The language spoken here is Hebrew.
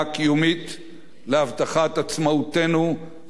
להבטחת עצמאותנו, חוסננו הלאומי,